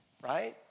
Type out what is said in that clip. right